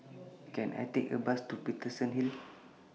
Can I Take A Bus to Paterson Hill